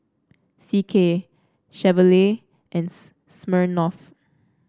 C K Chevrolet and Smirnoff